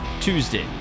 Tuesday